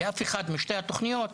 באף אחת משתי התוכניות,